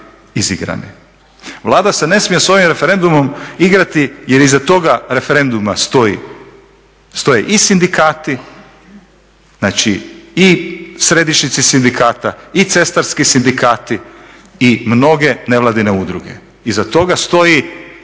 Vlada se ne smije s ovim referendumom igrati jer iza toga referenduma stoje i sindikati, znači i središnjice sindikata, i cestarski sindikati i mnoge nevladine udruge, iza toga stoji